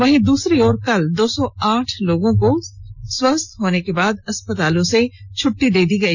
वहीं दूसरी ओर कल दो सौ आठ लोगों को स्वस्थ होने के बाद अस्पतालों से छुट्टी दे दी गई